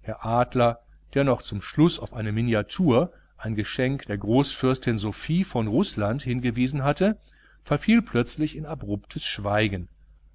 herr adler der noch zum schluß auf eine miniatur ein geschenk der großfürstin sofie von rußland hingewiesen hatte verfiel plötzlich in abruptes schweigen